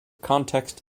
context